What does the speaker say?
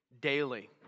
Daily